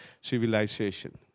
civilization